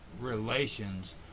relations